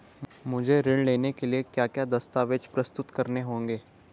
मुझे ऋण लेने के लिए क्या क्या दस्तावेज़ प्रस्तुत करने होंगे?